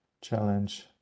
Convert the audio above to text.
challenge